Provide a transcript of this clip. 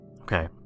okay